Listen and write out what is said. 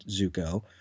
Zuko